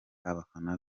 abafana